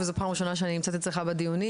זו פעם ראשונה שאני נמצאת אצלך בדיונים,